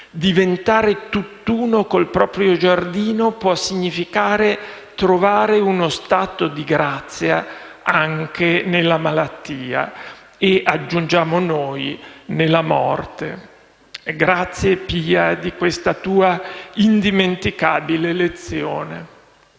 Diventare tutt'uno col proprio giardino può significare trovare uno stato di grazia anche nella malattia». E - aggiungiamo noi - nella morte. Grazie, Pia, di questa tua indimenticabile lezione.